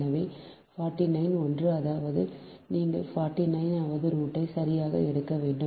எனவே 49 ஒன்று அதாவது நீங்கள் 49 வது ரூட்டை சரியாக எடுக்க வேண்டும்